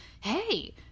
hey